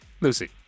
Lucy